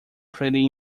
pretty